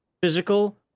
physical